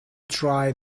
try